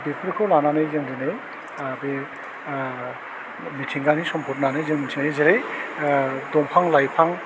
बेफोरखौ लानानै जों दिनै ओह बे ओह मिथिंगानि सम्पद होनानै जों मिथिनाय जायो ओह दंफां लाइफां